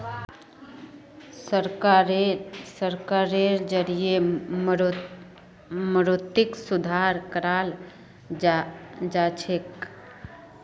सरकारेर जरिएं मौद्रिक सुधार कराल जाछेक